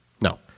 no